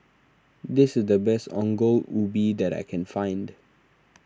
this is the best Ongol Ubi that I can find